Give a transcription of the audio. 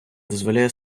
дозволяє